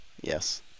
Yes